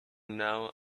now